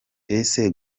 ese